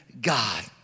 God